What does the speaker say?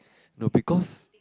no because